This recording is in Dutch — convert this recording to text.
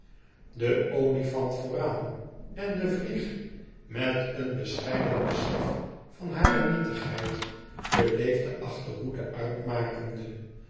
de olifant vooraan en de vlieg met een bescheiden besef van hare nietigheid beleefd de achterhoede uitmakende